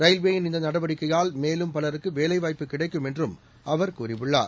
ரயில்வேயின் இந்த நடவடிக்கையால் மேலும் பலருக்கு வேலைவாய்ப்பு கிடைக்கும் என்றும் அவர் குறிப்பிட்டுள்ளார்